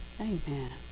Amen